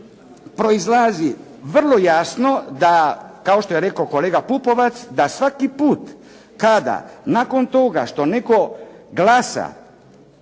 proizlazi vrlo jasno da, kao što je rekao kolega Pupovac, da svaki put kada nakon toga što netko glasa